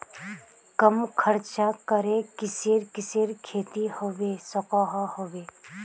कम खर्च करे किसेर किसेर खेती होबे सकोहो होबे?